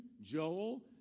Joel